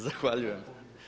Zahvaljujem.